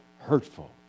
hurtful